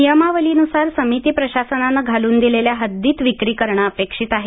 नियमावलीनुसार समिती प्रशासनानं घालून दिलेल्या हद्दीत विक्री करणं अपेक्षित आहे